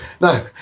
No